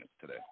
today